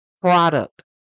product